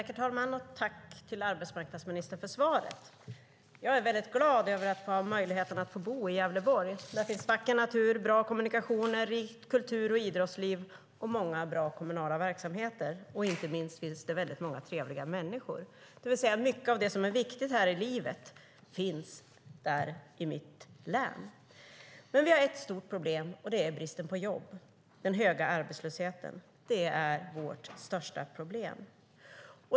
Herr talman! Tack, arbetsmarknadsministern, för svaret! Jag är glad över att ha möjligheten att bo i Gävleborg. Där finns vacker natur, bra kommunikationer, rikt kultur och idrottsliv och många bra kommunala verksamheter. Inte minst finns det många trevliga människor. Det vill säga att mycket av det som är viktigt här i livet finns där i mitt län. Men vi har ett stort problem, och det är bristen på jobb. Den höga arbetslösheten är vårt största problem.